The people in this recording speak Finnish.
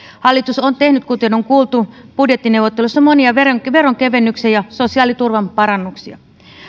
hallitus on tehnyt kuten on kuultu budjettineuvotteluissa monia veronkevennyksiä ja sosiaaliturvan parannuksia